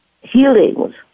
healings